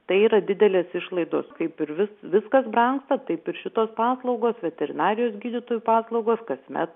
tai yra didelės išlaidos kaip ir vis viskas brangsta taip ir šitos paslaugos veterinarijos gydytojų paslaugos kasmet